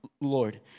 Lord